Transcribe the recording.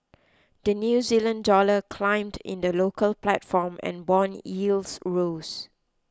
the New Zealand Dollar climbed in the local platform and bond yields rose